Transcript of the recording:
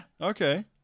okay